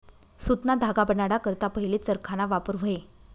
सुतना धागा बनाडा करता पहिले चरखाना वापर व्हये